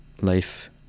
life